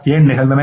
ஏன் நிகழ்ந்தன